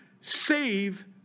save